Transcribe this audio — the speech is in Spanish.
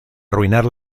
arruinar